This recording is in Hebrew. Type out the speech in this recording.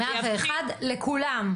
101 לכולם.